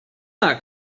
not